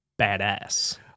badass